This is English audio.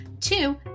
Two